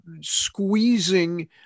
squeezing